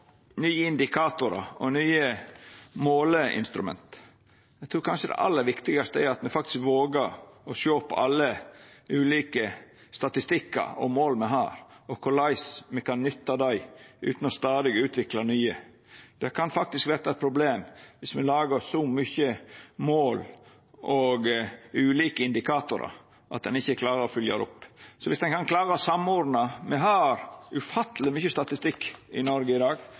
nye indikatorar og nye måleinstrument. Eg trur kanskje det aller viktigaste er at me faktisk våger å sjå på alle ulike statistikkar og mål me har, og korleis me kan nytta dei, utan stadig å utvikla nye. Det kan faktisk verta eit problem dersom me lagar oss så mange mål og ulike indikatorar at ein ikkje klarar å følgja dei opp – dersom ein ikkje kan klara å samordna dette. Me har ufatteleg mykje statistikk i Noreg i dag,